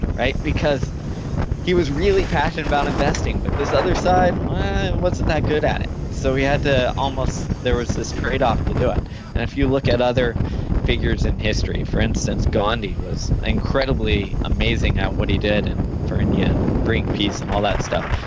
right? because he was really passionate about investing, but this other side, ah, he and wasn't that good at it. so he had to almost, there was this trade off to do it and if you look at other figures in history, for instance gandhi was incredibly amazing at what he did and for india and bring peace and all that stuff,